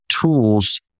tools